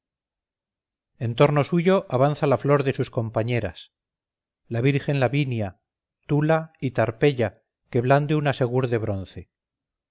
en torno suyo avanza la flor de sus compañeras la virgen lavinia tula y tarpeya que blande una segur de bronce